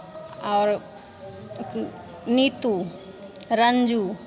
आओर नीतू रञ्जू